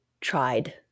tried